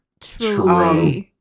True